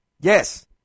Yes